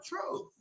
truth